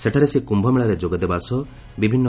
ସେଠାରେ ସେ କ୍ୟୁମେଳାରେ ଯୋଗ ଦେବା ସହ ବିଭିନ୍ନ